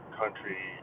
country